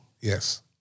Yes